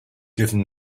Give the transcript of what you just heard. given